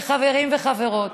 חברים וחברות,